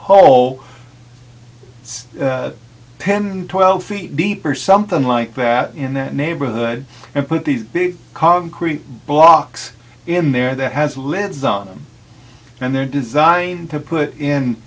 a hole it's ten twelve feet deep or something like that in that neighborhood and put these big concrete blocks in there that has legs on them and they're designed to put in